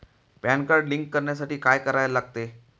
Pan card link करण्यासाठी काय करायला लागते?